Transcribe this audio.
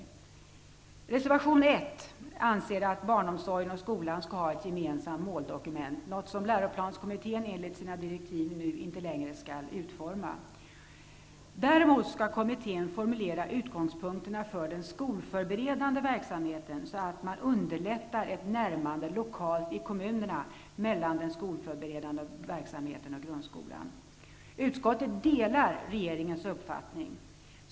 I reservation 1 står det att barnomsorgen och skolan bör få ett gemensamt måldokument, något som läroplanskommitténs enligt sina direktiv nu inte längre skall utforma. Däremot skall kommittén formulera utgångspunkterna för den skolförberedande verksamheten, så att ett närmande lokalt i kommunerna mellan den skolförberedande verksamheten och grundskolan underlättas. Utskottet delar regeringens uppfattning.